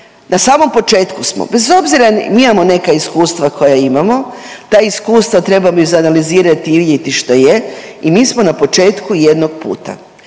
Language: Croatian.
na samom početku smo, bez obzira mi imamo neka iskustava koja imamo, ta iskustva trebamo izanalizirati i vidjeti što je i mi smo na početku jednog puta.